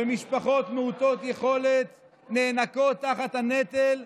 ומשפחות מעוטות יכולת נאנקות תחת הנטל,